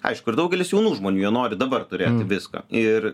aišku ir daugelis jaunų žmonių jie nori dabar turėti viską ir